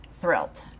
thrilled